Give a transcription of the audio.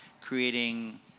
creating